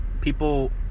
People